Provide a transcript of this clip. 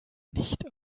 nicht